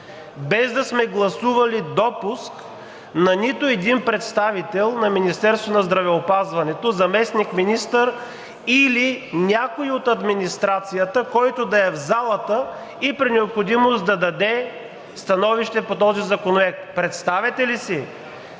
без да сме гласували допуск на нито един представител на Министерството на здравеопазването, заместник-министър или някой от администрацията, който да е в залата и при необходимост да даде становище по този законопроект. Представяте ли си,